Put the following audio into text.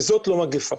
וזאת לא מגפה.